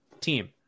team